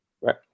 Right